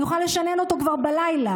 אני יכולה לשנן אותו כבר בלילה,